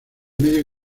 medio